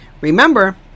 remember